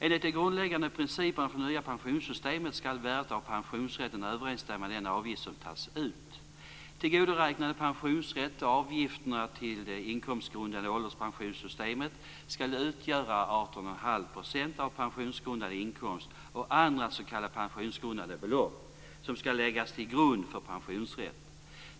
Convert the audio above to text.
Enligt de grundläggande principerna för det nya pensionssystemet skall värdet av pensionsrätten överensstämma med den avgift som tas ut. Tillgodoräknad pensionsrätt och avgifterna till det inkomstgrundade ålderspensionssystemet skall utgöra 18,5 % av pensionsgrundande inkomst och andra s.k. pensionsgrundande belopp som skall läggas till grund för pensionsrätt.